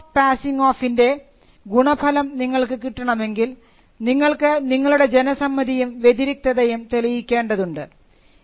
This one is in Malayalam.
റിലീഫ് പാസിംഗ് ഓഫിൻറെ ഗുണഫലം നിങ്ങളൾക്ക് കിട്ടണമെങ്കിൽ നിങ്ങൾക്ക് നിങ്ങളുടെ ജനസമ്മതിയും വ്യതിരിക്തതയും തെളിയിക്കേണ്ടതുണ്ട്